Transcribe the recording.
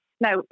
now